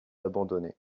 abandonner